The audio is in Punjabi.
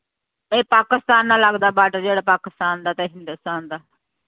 ਇਹ ਪਾਕਿਸਤਾਨ ਨਾਲ ਲੱਗਦਾ ਬਾਰਡਰ ਜਿਹੜਾ ਪਾਕਿਸਤਾਨ ਦਾ ਅਤੇ ਹਿੰਦੁਸਤਾਨ ਦਾ